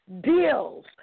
deals